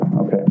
Okay